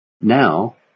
Now